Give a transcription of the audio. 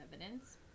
evidence